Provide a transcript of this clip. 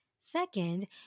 Second